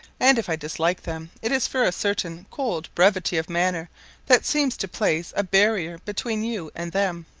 and if i dislike them it is for a certain cold brevity of manner that seems to place a barrier between you and them.